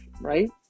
right